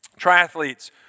triathletes